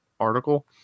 Article